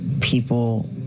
people